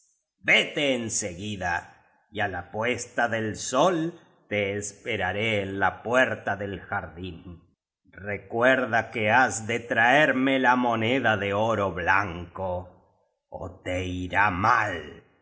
vete en seguida y á la puesta del sol te esperaré en la puerta del jardín recuerda que has de traer me la moneda de oro blanco ó te irá mal